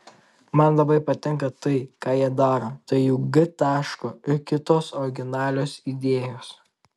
man labai patinka tai ką jie daro ta jų g taško ir kitos originalios idėjos